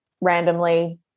randomly